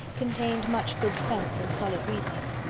contained much good sense and solid reasoning.